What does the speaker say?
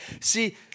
see